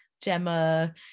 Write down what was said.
Gemma